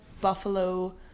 buffalo